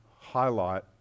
highlight